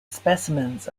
specimens